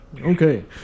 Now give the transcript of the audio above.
Okay